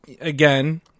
again